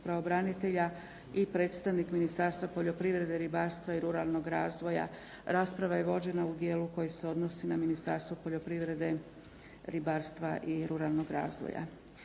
pravobranitelja i predstavnik Ministarstva poljoprivrede, ribarstva i ruralnog razvoja. Rasprava je vođena u dijelu koji se odnosi na Ministarstvo poljoprivrede, ribarstva i ruralnog razvoja.